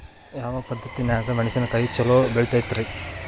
ಯಾವ ಪದ್ಧತಿನ್ಯಾಗ ಮೆಣಿಸಿನಕಾಯಿ ಛಲೋ ಬೆಳಿತೈತ್ರೇ?